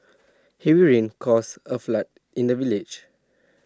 heavy rains caused A flood in the village